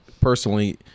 Personally